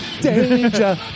Danger